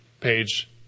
page